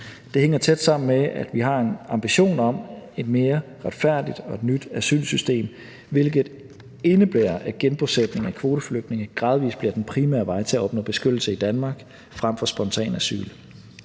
Det hænger tæt sammen med, at vi har en ambition om et mere retfærdigt og nyt asylsystem, hvilket indebærer, at genbosætning af kvoteflygtninge gradvis bliver den primære vej til at opnå beskyttelse i Danmark frem for spontan asyl.